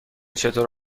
چطور